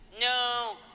No